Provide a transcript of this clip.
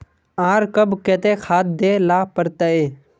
आर कब केते खाद दे ला पड़तऐ?